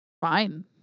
Fine